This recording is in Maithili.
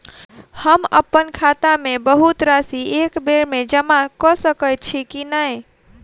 हम अप्पन खाता मे बहुत राशि एकबेर मे जमा कऽ सकैत छी की नै?